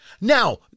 Now